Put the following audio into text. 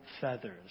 feathers